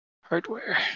hardware